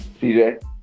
CJ